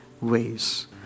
ways